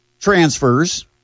transfers